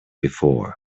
before